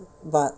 but